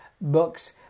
books